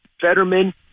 Fetterman